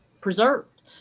preserved